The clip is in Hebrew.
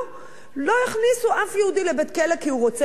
לא יכניסו אף יהודי לבית-כלא כי הוא רוצה להתפלל.